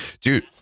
dude